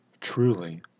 truly